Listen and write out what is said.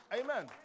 Amen